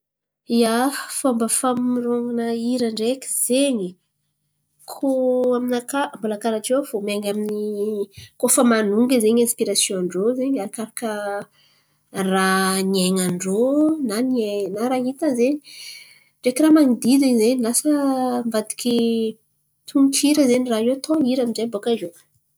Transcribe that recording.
Ia, fômba famorôn̈ana hira ndreky zen̈y. Koa aminakà mbola karà tiô fo miainga amin'ny koa fa manonga zen̈y ainsipirasiòn-drô zen̈y. Arakaraka raha niain̈an-drô na niay na raha hita zen̈y ndreky raha man̈odidin̈y zen̈y. Lasa mivadiky tononkira zen̈y raha io. Atao hira aminjay baka iô.